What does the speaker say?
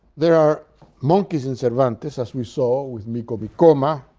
there are monkeys in cervantes, as we saw, with micomicona,